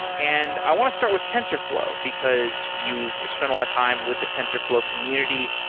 and i want to start with tensorflow, because you've spent a lot of time with the tensorflow community.